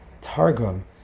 Targum